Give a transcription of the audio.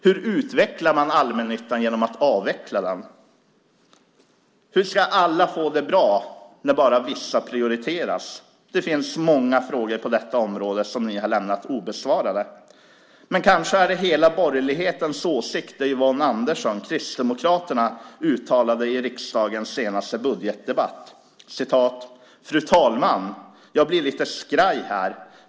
Hur utvecklar man allmännyttan genom att avveckla den? Hur ska alla få det bra när bara vissa prioriteras? Det finns många frågor på detta område som ni har lämnat obesvarade. Men kanske är det som Yvonne Andersson, Kristdemokraterna, uttalade i riksdagens senaste budgetdebatt hela borgerlighetens åsikt: "Fru talman! Jag blir lite skraj här.